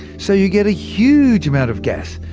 so, you get a huge amount of gas,